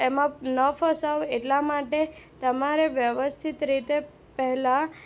એમાં ન ફસાવ એટલા માટે તમારે વ્યવસ્થિત રીતે પહેલાં